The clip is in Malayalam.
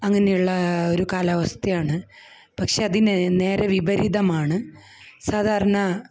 അങ്ങനെയുള്ള ഒരു കാലാവസ്ഥയാണ് പക്ഷേ അതിന് നേരെ വിപരീതമാണ് സാധാരണ